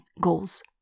Goals